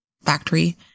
factory